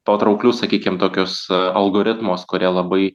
patrauklius sakykim tokius algoritmus kurie labai